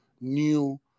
new